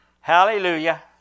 hallelujah